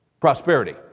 prosperity